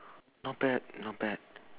not bad not bad